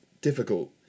difficult